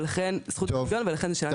ולכן זו שאלה משפטית.